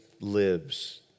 lives